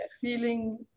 Feeling